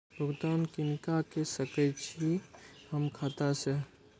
भुगतान किनका के सकै छी हम खाता से?